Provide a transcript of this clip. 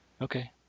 Okay